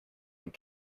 and